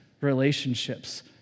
relationships